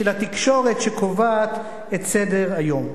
של התקשורת שקובעת את סדר-היום.